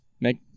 make